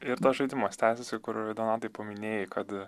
ir žaidimas tęsiasi kur donatai paminėjai kad